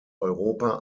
europa